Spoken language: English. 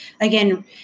again